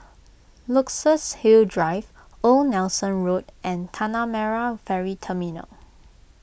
Luxus Hill Drive Old Nelson Road and Tanah Merah Ferry Terminal